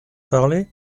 parler